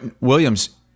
Williams